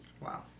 Wow